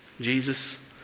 Jesus